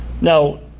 Now